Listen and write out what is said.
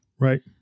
right